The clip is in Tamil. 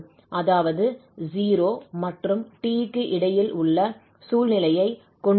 அதாவது 0 மற்றும் t க்கு இடையில் உள்ள சூழ்நிலையை கொண்டுள்ளோம்